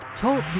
Talk